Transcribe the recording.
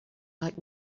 light